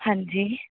ਹਾਂਜੀ